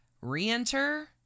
Reenter